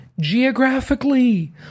geographically